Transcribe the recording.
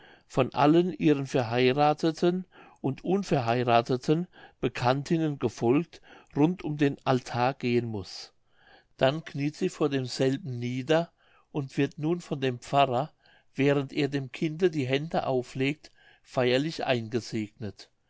von allen ihren verheiratheten und unverheiratheten bekanntinnen gefolgt rund um den altar gehen muß dann kniet sie vor demselben nieder und wird nun von dem pfarrer während er dem kinde die hände auflegt feierlich eingesegnet